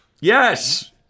Yes